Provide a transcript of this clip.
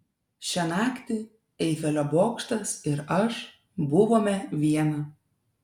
šią naktį eifelio bokštas ir aš buvome viena